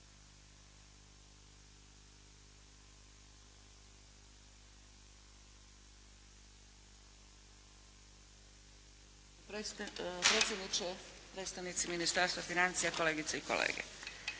predsjedniče, predstavnici Ministarstva financija, kolegice i kolege!